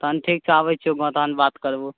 तहन ठीक छै आबैत छियौ माँ तहन बात करबौ